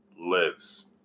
Lives